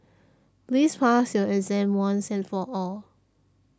please pass your exam once and for all